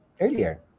earlier